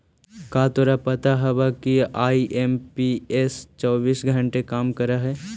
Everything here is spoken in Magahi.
का तोरा पता हवअ कि आई.एम.पी.एस चौबीस घंटे काम करअ हई?